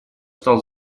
стал